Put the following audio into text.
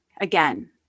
Again